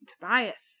Tobias